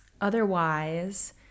Otherwise